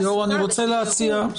תעסוקה, בתחומים נוספים.